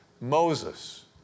Moses